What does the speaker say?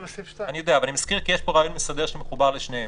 אני יודע אבל אני מזכיר כי יש פה רעיון מסדר שמחובר לשניהם.